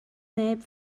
neb